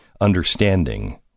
understanding